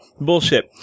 bullshit